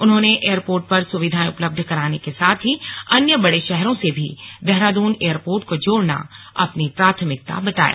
उन्होंने एयरपोर्ट पर सुविधाएं उपलब्ध कराने के साथ ही अन्य बड़े शहरों से भी देहरादून एयरपोर्ट को जोड़ना अपनी प्राथमिकता बताया